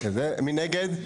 מי נגד?